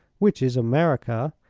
which is america.